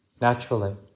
naturally